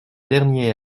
dernier